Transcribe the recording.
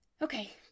Okay